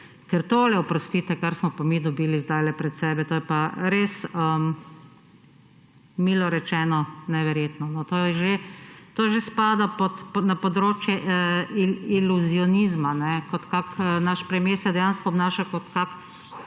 Ker tole, oprostite, kar smo pa mi dobili sedaj pred sebe, to je pa res milo rečeno, neverjetno. To že spada na področje iluzionizma, kot kakšen naš premier se dejansko obnaša kot kak hudini.